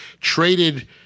traded